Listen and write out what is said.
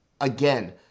Again